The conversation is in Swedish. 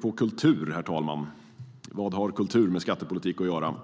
på kultur, herr talman. Vad har kultur med skattepolitik att göra?